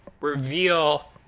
reveal